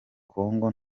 congo